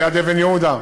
ליד אבן-יהודה?